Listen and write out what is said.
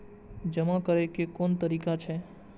जमा करै के कोन तरीका छै?